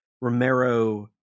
Romero